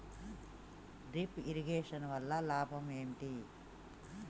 Drip irrigation వల్ల లాభం ఏంటి?